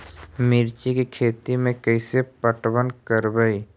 मिर्ची के खेति में कैसे पटवन करवय?